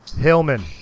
Hillman